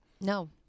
No